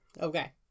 Okay